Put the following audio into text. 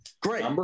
Great